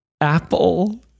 apple